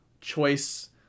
choice